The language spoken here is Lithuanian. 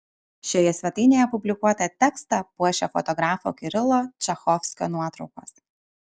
šioje svetainėje publikuotą tekstą puošia fotografo kirilo čachovskio nuotraukos